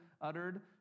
uttered